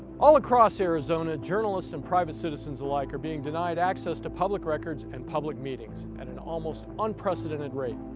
all across arizona journalist and private citizens alike are being denied access to public records and public meetings at an almost unprecedented rate.